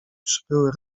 przybyły